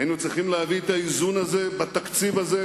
היינו צריכים להביא את האיזון הזה בתקציב הזה,